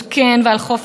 כי אתם הממשלה.